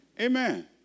Amen